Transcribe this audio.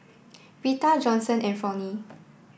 Rita Johnson and Fronie